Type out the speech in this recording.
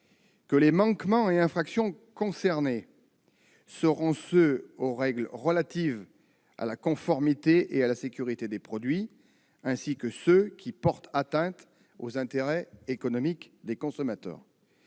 que les manquements et infractions concernés seront ceux qui enfreignent les règles relatives à la conformité et à la sécurité des produits, ainsi que ceux qui portent atteinte aux intérêts économiques des consommateurs.